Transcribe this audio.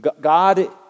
God